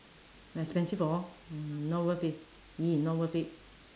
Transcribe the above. expensive orh not worth it !ee! not worth it